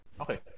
Okay